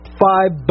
five